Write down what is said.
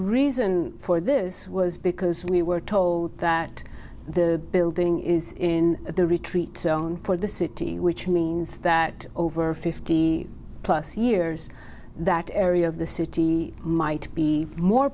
reason for this was because we were told that the building is in the retreat for the city which means that over fifty plus years that area of the city might be more